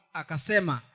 akasema